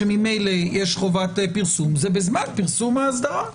שממילא יש חובת פרסום - זה בזמן פרסום האסדרה.